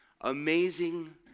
amazing